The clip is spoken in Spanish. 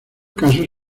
casos